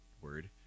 word